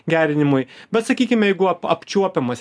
gerinimui bet sakykim jeigu apčiuopiamas